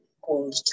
called